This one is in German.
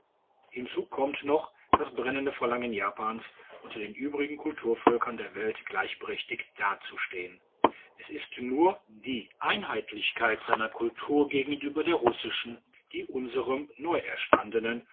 hierzu kommt noch das brennende verlangen japans unter den übrigen kulturvölkern der welt gleichberechtigt dazustehen es ist nur di e einheitlichkeit seiner kultur gegenüber der russischen die unserem neuerstandenen